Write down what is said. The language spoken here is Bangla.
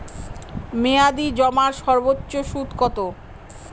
মেয়াদি জমার সর্বোচ্চ সুদ কতো?